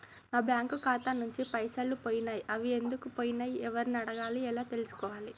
నా బ్యాంకు ఖాతా నుంచి పైసలు పోయినయ్ అవి ఎందుకు పోయినయ్ ఎవరిని అడగాలి ఎలా తెలుసుకోవాలి?